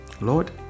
Lord